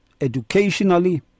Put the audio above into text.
educationally